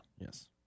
Yes